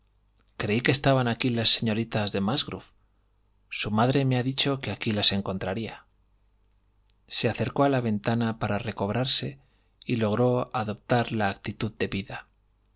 creí que estaban aquí las señoritas de musgrove su madre me ha dicho que aquí las encontraría se acercó a la ventana para recobrarse y logró adoptar la actitud debida